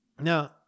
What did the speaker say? Now